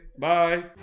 bye